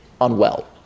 unwell